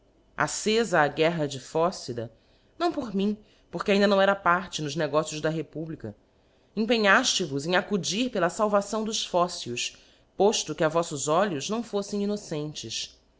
accefa a guerra de phocida não por mim porque ainda não era parte nos negócios da republica empenhaftes vos em accudir pela falvaçâo dos phocios pofto que a voítos olhos não foflem innocentes